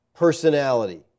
personality